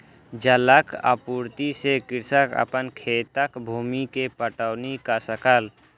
जलक आपूर्ति से कृषक अपन खेतक भूमि के पटौनी कअ सकल